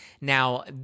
Now